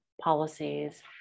policies